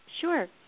Sure